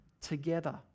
together